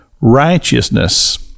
righteousness